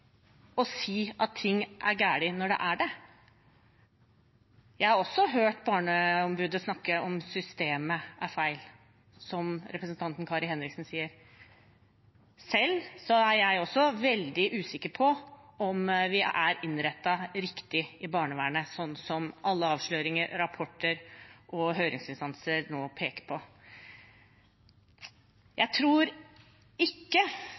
si at ting er galt, når det er det. Jeg har også hørt Barneombudet snakke om hvorvidt systemet er feil, slik representanten Kari Henriksen sier. Selv er jeg veldig usikker på om en er innrettet riktig i barnevernet, slik som alle avsløringer, rapporter og høringsinstanser nå peker på. Jeg tror ikke